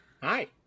Hi